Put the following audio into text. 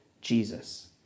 Jesus